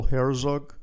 Herzog